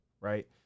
Right